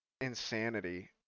insanity